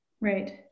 Right